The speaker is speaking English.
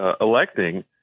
electing